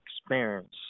experience